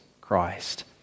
Christ